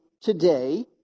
today